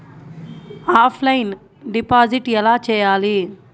Offline deposit ఎలా చేయాలి?